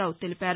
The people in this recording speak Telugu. రావు తెలిపారు